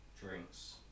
drinks